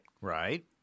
Right